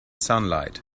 sunlight